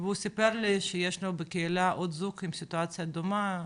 הוא סיפר לי שיש לו בקהילה עוד זוג עם סיטואציה דומה שגברת,